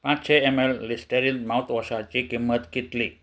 पांचशे M L Listerine मावतवॉशाची किंमत कितली